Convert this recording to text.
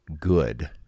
good